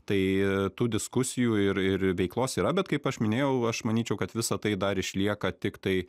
tai tų diskusijų ir ir veiklos yra bet kaip aš minėjau aš manyčiau kad visa tai dar išlieka tiktai